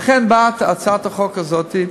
ולכן באה הצעת החוק הזאת,